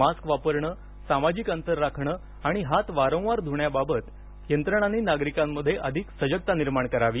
mask वापरणे सामाजिक अंतर राखणे आणि हात वारंवार धुण्याबाबत यंत्रणांनी नागरिकांत अधिक सजगता निर्माण करावी